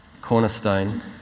Cornerstone